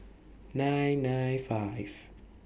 nine nine five